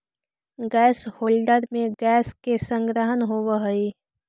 gas holder में gas के संग्रहण होवऽ हई